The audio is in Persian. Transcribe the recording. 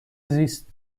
زیست